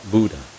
Buddha